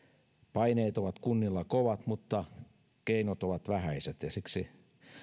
paineet ovat kunnilla kovat mutta keinot ovat vähäiset ja siksi